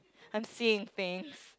I'm seeing things